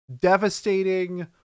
devastating